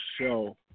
show